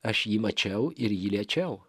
aš jį mačiau ir jį liečiau